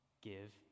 give